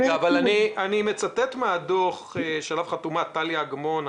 אני מצטט מהדוח שעליו חתומה טליה אגמון,